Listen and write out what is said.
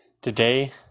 Today